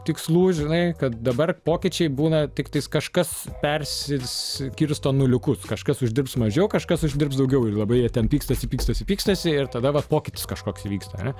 tikslų žinai kad dabar pokyčiai būna tiktai kažkas persiskirsto nuliukus kažkas uždirbs mažiau kažkas uždirbs daugiau ir labai jie ten pykstasi pykstasi pykstasi ir tada vat pokytis kažkoks vyksta ar ne